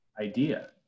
idea